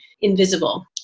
invisible